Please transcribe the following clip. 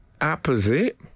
Apposite